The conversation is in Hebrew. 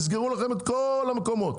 יסגרו לכם את כל המקומות,